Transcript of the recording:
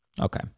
okay